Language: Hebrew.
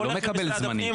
הולך למשרד הפנים,